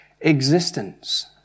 existence